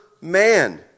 man